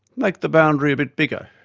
like the boundary a bit bigger.